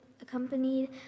accompanied